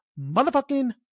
motherfucking